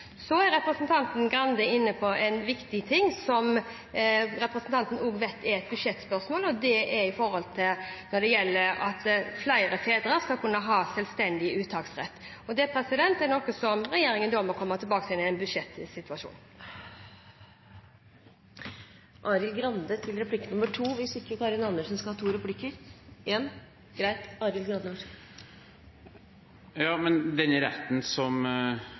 Så er representanten Grande inne på noe viktig, som også representanten vet er et budsjettspørsmål. Det er det at flere fedre skal kunne ha selvstendig uttaksrett. Det er noe som regjeringen må komme tilbake til i en budsjettsituasjon. Den retten som